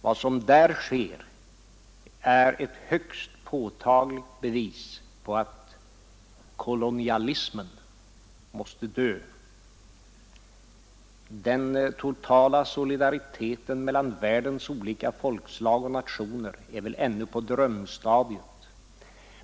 Vad som där sker är ett högst påtagligt bevis för att kolonialismen måste dö. Den totala solidariteten mellan världens olika folkslag och nationer är väl ännu på drömstadiet.